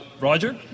Roger